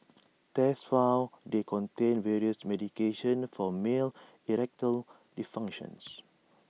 tests found they contained various medications for male erectile dysfunctions